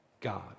God